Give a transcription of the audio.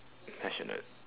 passionate